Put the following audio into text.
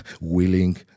willing